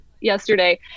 yesterday